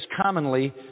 commonly